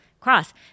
cross